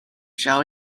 shall